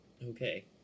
Okay